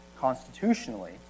constitutionally